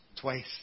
twice